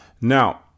Now